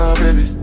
baby